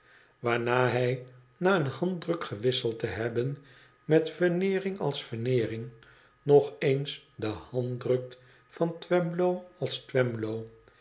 waarna hij na een handdruk gewisseld te hebben met veneering als veneering nog eens de hand drukt van twemlow als twemlow